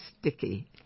sticky